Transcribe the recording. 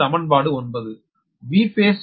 இது சமன்பாடு 9